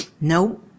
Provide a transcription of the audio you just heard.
no